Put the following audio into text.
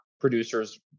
producer's